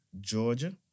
Georgia